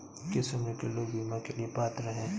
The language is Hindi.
किस उम्र के लोग बीमा के लिए पात्र हैं?